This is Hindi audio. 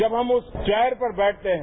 जब हम उस चेयर पर बैठते है